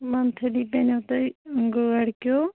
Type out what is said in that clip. monthly پیٚنو تۄہہِ گٲڑۍ کیٚو